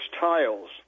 tiles